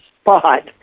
spot